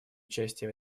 участие